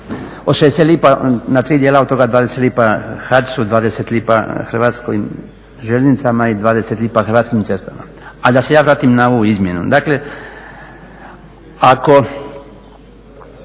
razdijelila na tri dijela i od toga 20 lipa HAC-u, 20 lipa Hrvatskim željeznicama i 20 lipa Hrvatskim cestama. Ali da se ja vratim na ovu izmjenu. Dakle, ako